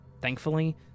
Thankfully